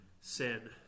sin